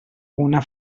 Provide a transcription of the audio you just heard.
una